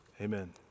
amen